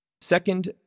Second